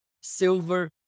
silver